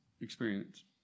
experience